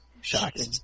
shocking